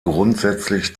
grundsätzlich